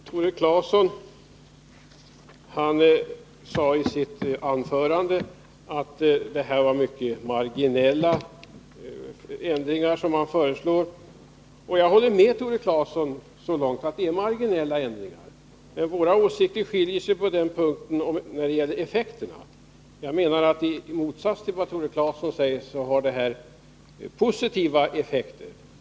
Tore Claeson sade i sitt anförande att det var mycket marginella ändringar som föreslås. Jag håller med Tore Claeson så långt att det är marginella ändringar, men våra åsikter skiljer sig när det gäller effekten. Jag menar, i motsats till vad Tore Claeson säger, att förslagen har positiva effekter.